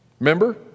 Remember